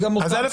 אז א',